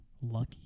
Lucky